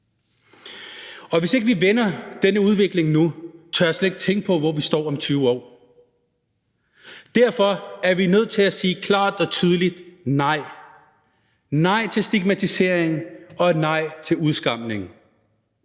vi ikke vender denne udvikling nu, tør jeg slet ikke tænke på, hvor vi står om 20 år. Derfor er vi nødt til at sige klart og tydeligt nej: Nej til stigmatisering, nej til udskamning